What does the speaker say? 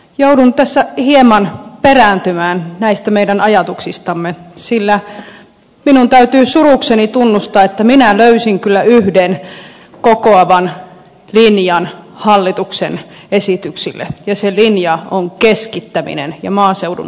joudun tässä hieman perääntymään näistä meidän ajatuksistamme sillä minun täytyy surukseni tunnustaa että minä löysin kyllä yhden kokoavan linjan hallituksen esityksistä ja se linja on keskittäminen ja maaseudun alasajo